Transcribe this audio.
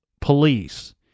police